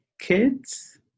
kids